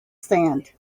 sand